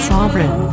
Sovereign